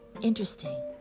interesting